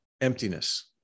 emptiness